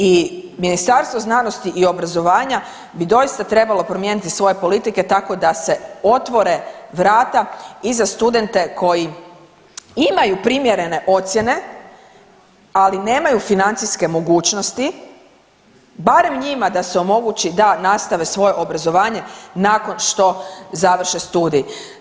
I Ministarstvo znanosti i obrazovanja bi doista trebalo promijeniti svoje politike tako da se otvore vrata i za studente koji imaju primjerene ocijene, ali nemaju financijske mogućnosti, barem njima da se omogući da nastave svoje obrazovanje nakon što završe studij.